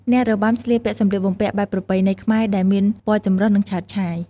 អ្នករបាំស្លៀកពាក់សម្លៀកបំពាក់បែបប្រពៃណីខ្មែរ ដែលមានពណ៌ចម្រុះ និងឆើតឆាយ។